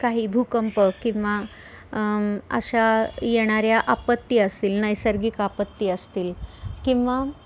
काही भूकंप किंवा अशा येणाऱ्या आपत्ती असतील नैसर्गिक आपत्ती असतील किंवा